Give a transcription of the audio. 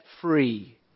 free